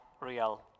real